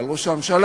ועל ראש הממשלה,